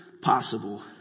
possible